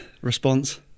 response